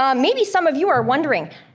um maybe some of you are wondering,